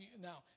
Now